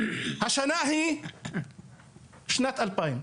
השנה היא שנת 2000,